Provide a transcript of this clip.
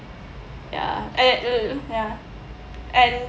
ya ya and